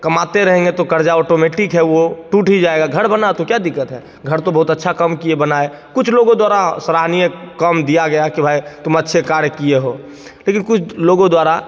कमाते रहेंगे तो क़र्ज़ा ऑटोमेटिक है वो टूट ही जाएगा घर बना तो क्या दिक़्क़त है घर तो बहुत अच्छा काम किए बनाए कुछ लोगो द्वारा सराहनीय काम दिया गया कि भाई तुम अच्छे कार्य किए हो लेकिन कुछ लोगों द्वारा